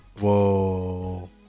Whoa